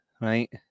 Right